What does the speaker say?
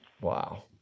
Wow